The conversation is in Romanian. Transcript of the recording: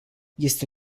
este